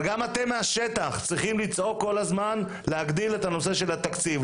גם אתם מהשטח צריכים לצעוק כל הזמן להגדיל את התקציב,